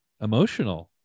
emotional